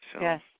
Yes